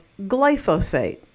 glyphosate